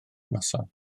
noson